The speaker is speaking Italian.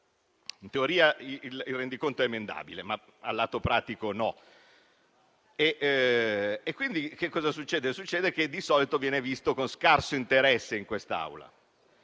In teoria il rendiconto è emendabile, ma dal lato pratico no. Quindi cosa succede? Succede che di solito viene visto con scarso interesse in quest'Aula.